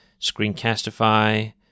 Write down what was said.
Screencastify